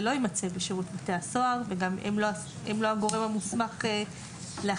לא יימצא בשירות בתי הסוהר והם גם לא הגורם המוסמך להחזיק.